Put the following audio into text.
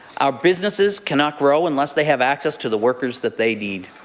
our businesses cannot grow unless they have access to the workers that they need.